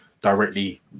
directly